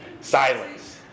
Silence